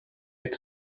had